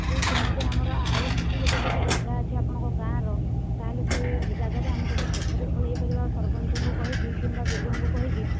ଯେ କେମିତି ଆମର ଆଉ କିଛି ଗୋଟିଏ ଯଦି ଜାଗା ଅଛି ଆପଣଙ୍କ ଗାଁର ତା'ହାଲେ ସେ ଜାଗାରେ ଆମେ ଗୋଟିଏ ପୋଖରୀ ଖୋଳେଇ ପାରିବା ସରପଞ୍ଚଙ୍କୁ କହିକି କିମ୍ବା ବିଡ଼ିଓଙ୍କୁ କହିକି